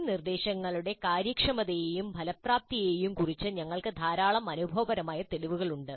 ഈ നിർദ്ദേശങ്ങളുടെ കാര്യക്ഷമതയെയും ഫലപ്രാപ്തിയെയും കുറിച്ച് ഞങ്ങൾക്ക് ധാരാളം അനുഭവപരമായ തെളിവുകൾ ഉണ്ട്